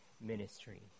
ministry